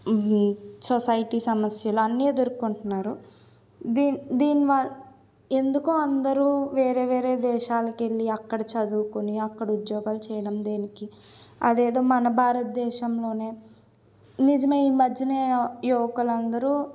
society సమస్యలు అన్నీ ఎదుర్కొంటున్నారు దీని దీని వల్ల ఎందుకో అందరూ వేరే వేరే దేశాలకెళ్ళి అక్కడ చదువుకుని అక్కడ ఉద్యోగాలు చేయడం దేనికి అదేదో మన భారతదేశంలోనే నిజమే ఈ మధ్యన యువకులందరూ